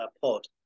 pod